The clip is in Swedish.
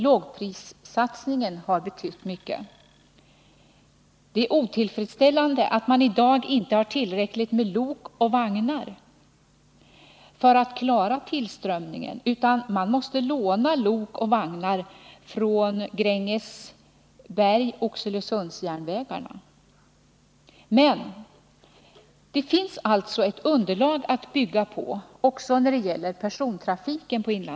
Lågprissatsningen har betytt mycket. Det är otillfredsställande att man i dag inte har tillräckligt med lok och vagnar för att klara tillströmningen, utan att man måste låna lok och vagnar från Grängesberg Oxelösunds järnvägar. Det finns alltså ett underlag att bygga på också när det gäller persontrafiken.